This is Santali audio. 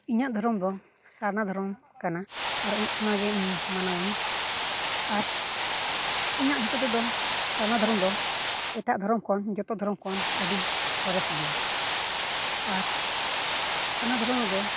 ᱤᱧᱟᱹᱜ ᱫᱷᱚᱨᱚᱢ ᱫᱚ ᱥᱟᱨᱱᱟ ᱫᱷᱚᱨᱚᱢ ᱠᱟᱱᱟ ᱚᱱᱟᱜᱮ ᱤᱧ ᱢᱟᱱᱟᱣᱟᱹᱧ ᱟᱨ ᱤᱧᱟᱹᱜ ᱦᱤᱥᱟᱹᱵᱽ ᱛᱮᱫᱚ ᱥᱟᱨᱱᱟ ᱫᱷᱚᱨᱚᱢ ᱫᱚ ᱮᱴᱟᱜ ᱫᱷᱚᱨᱚᱢ ᱠᱷᱚᱱ ᱡᱚᱛᱚ ᱫᱷᱚᱨᱚᱢ ᱠᱷᱚᱱ ᱟᱹᱰᱤ ᱥᱚᱨᱮᱥ ᱜᱮᱭᱟ ᱟᱨ ᱥᱟᱨᱱᱟ ᱫᱷᱚᱨᱚᱢ ᱨᱮᱫᱚ